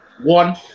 One